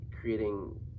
creating